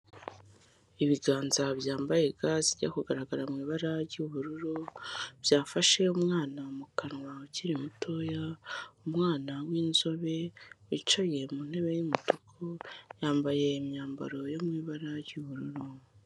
Ibiganza byambaye ga zijya kugaragara mu ibara ry'ubururu byafashe umwana mu kanwa ukiri mutoya, umwana w'inzobe wicaye mu ntebe y'umutuku yambaye imyambaro yo mu ibara ry'ubururu.